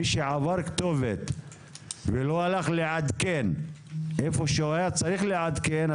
מי שעבר כתובת ולא הלך לעדכן היכן שהיה שצריך לעדכן,